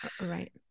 Right